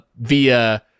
via